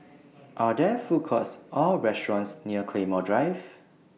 Are There Food Courts Or restaurants near Claymore Drive